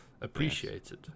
appreciated